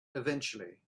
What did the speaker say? eventually